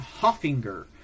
Hoffinger